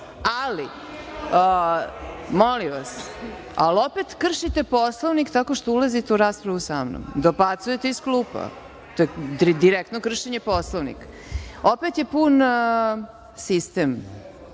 molim vas. Ali, opet kršite Poslovnik tako što ulazite u raspravu sa mnom. Dobacujte iz klupa. To je direktno kršenje Poslovnika. Opet je pun sistem. Po